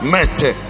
Mete